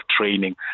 training